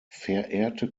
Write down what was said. verehrte